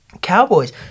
Cowboys